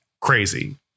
crazy